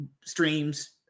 streams